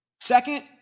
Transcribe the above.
Second